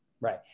Right